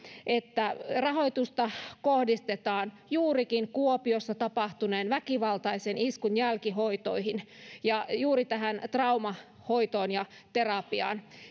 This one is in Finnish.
että rahoitusta kohdistetaan juurikin kuopiossa tapahtuneen väkivaltaisen iskun jälkihoitoihin ja juuri tähän traumahoitoon ja terapiaan